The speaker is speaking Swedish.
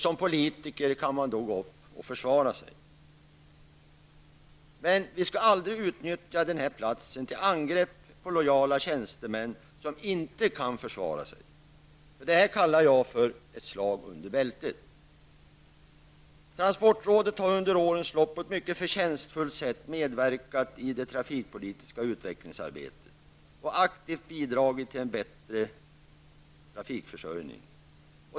Som politiker kan man då gå upp och försvara sig. Men vi skall aldrig utnyttja den här platsen till angrepp på lojala tjänstemän som inte kan försvara sig. Detta kallar jag för ett slag under bältet. Transportrådet har under årens lopp på ett mycket förtjänstfullt sätt medverkat i det trafikpolitiska utvecklingsarbetet och aktivt bidragit till en bättre trafikförsörjning.